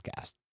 podcast